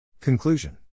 Conclusion